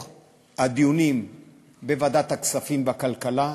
בדיונים בוועדת הכספים ובוועדת הכלכלה,